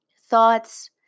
thoughts